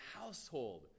household